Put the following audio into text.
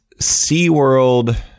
SeaWorld